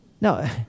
No